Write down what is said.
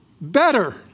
better